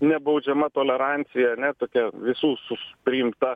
nebaudžiama tolerancija ne tokia visų su priimta